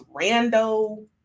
rando